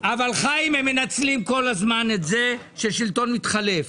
חיים, הם מנצלים כל הזמן את זה שהשלטון מתחלף.